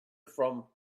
from